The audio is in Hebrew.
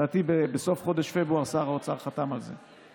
לדעתי בסוף חודש פברואר שר האוצר חתם על זה.